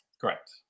Correct